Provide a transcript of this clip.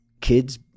kids